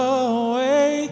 away